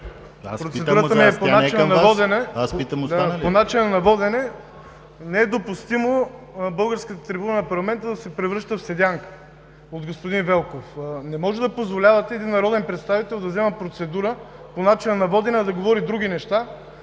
Процедурата ми е по начина на водене. Не е допустимо българската трибуна на парламента да се превръща в седянка от господин Велков. Не може да позволявате един народен представител да взема процедура по начина на водене, а да говори други неща,